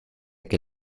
que